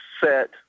set